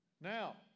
Now